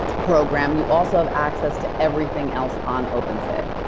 program, you also have access to everything else on open fit.